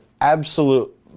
absolute